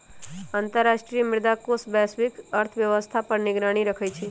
अंतर्राष्ट्रीय मुद्रा कोष वैश्विक अर्थव्यवस्था पर निगरानी रखइ छइ